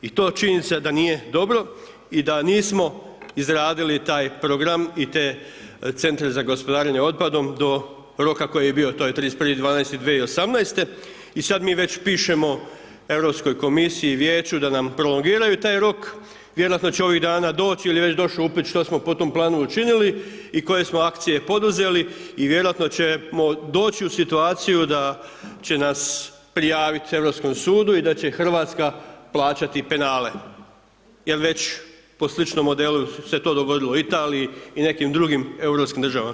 I to činjenica da nije dobro i da nismo izradili taj program i te centre za gospodarenje otpadom do roka koji je bio, to je 31.12.2018. i sad mi već pišemo Europskoj komisiji, Vijeću da nam prolongiraju taj rok, vjerojatno će ovih dana doći ili je već došao upit što smo po tom planu učinili i koje smo akcije poduzeli i vjerojatno ćemo doći u situaciju da će nas prijaviti Europskom sudu i da će Hrvatska plaćati penale jer već po sličnom modelu se to dogodilo Italiji i nekim drugim europskim državama.